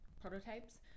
prototypes